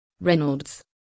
Reynolds